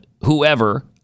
Whoever